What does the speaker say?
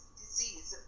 disease